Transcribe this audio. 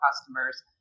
customers